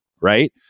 right